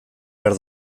behar